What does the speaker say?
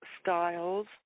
styles